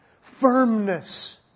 firmness